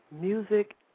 Music